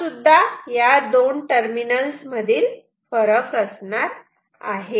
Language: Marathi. हा सुद्धा या दोन टर्मिनल्स मधील फरक असणार आहे